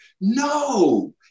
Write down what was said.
No